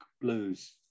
blues